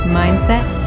mindset